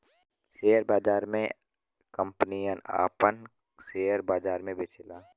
share बाजार मे कंपनियन आपन सेअर बाजार मे बेचेला